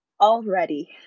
already